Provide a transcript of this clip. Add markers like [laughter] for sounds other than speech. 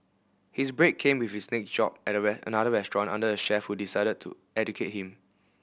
his break came with his next job [unintelligible] at another restaurant under a chef who decided to educate him